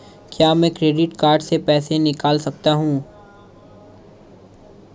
क्या मैं credit card से पैसे निकाल सकता हूँ?